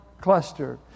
cluster